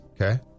Okay